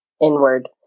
inward